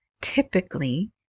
typically